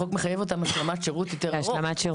החוק מחייב אותם השלמת שירות יותר ארוך.